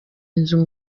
inzu